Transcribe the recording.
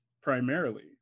primarily